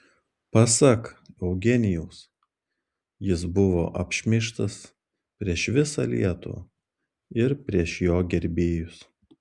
pasak eugenijaus jis buvo apšmeižtas prieš visą lietuvą ir prieš jo gerbėjus